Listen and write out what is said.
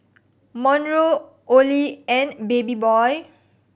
Monroe Olie and Babyboy